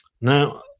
Now